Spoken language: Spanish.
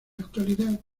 actualidad